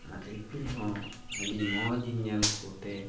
ᱟᱨ ᱤᱯᱤᱞ ᱦᱚᱸ ᱟᱹᱰᱤ ᱢᱚᱡᱤᱧ ᱧᱮᱞ ᱠᱚᱛᱮ